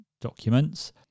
documents